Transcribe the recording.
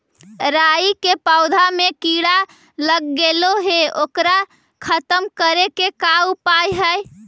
राई के पौधा में किड़ा लग गेले हे ओकर खत्म करे के का उपाय है?